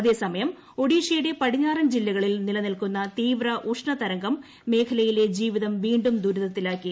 അതേസമയം ഒഡീഷയുടെ പടിഞ്ഞാറൻ ജില്ലകളിൽ നിലനിൽക്കുന്ന തീവ്ര ഉഷ്ണതരംഗം മേഖലയിലെ ജീവിതം വീണ്ടും ദുരിതത്തിലാക്കി